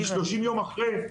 כי 30 יום אחרי,